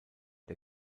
der